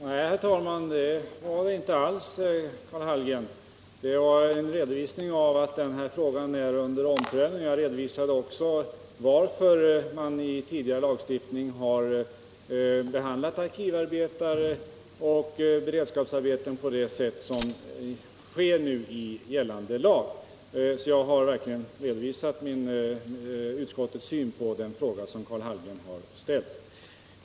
Herr talman! Nej, det var det inte alls, Karl Hallgren. Det var en redovisning av att den här frågan är under omprövning. Jag redovisade också varför man har behandlat arkivarbete och beredskapsarbete på det sätt som skett i nu gällande lag. Jag har verkligen redovisat utskottets syn på den fråga som Karl Hallgren har ställt.